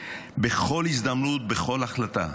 בכל הזדמנות, בכל החלטה.